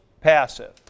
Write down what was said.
passive